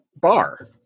bar